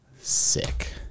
sick